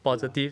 ya